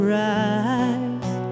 rise